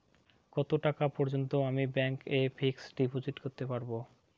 কত টাকা পর্যন্ত আমি ব্যাংক এ ফিক্সড ডিপোজিট করতে পারবো?